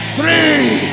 three